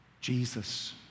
Jesus